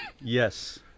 Yes